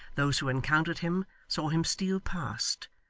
those who encountered him, saw him steal past,